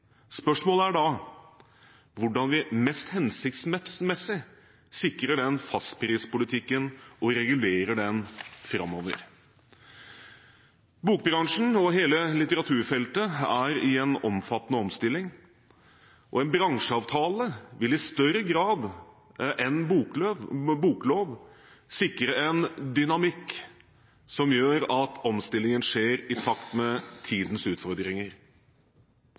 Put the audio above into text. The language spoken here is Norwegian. Spørsmålet er da hvordan vi mest hensiktsmessig sikrer den fastprispolitikken og regulerer den framover. Bokbransjen og hele litteraturfeltet er i en omfattende omstilling, og en bransjeavtale vil, i større grad enn Boklöv – boklov – sikre en dynamikk som gjør at omstillingen skjer i takt med tidens utfordringer.